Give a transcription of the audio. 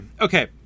okay